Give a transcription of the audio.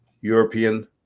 European